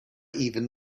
even